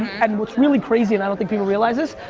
and what's really crazy, and i don't think people realize this,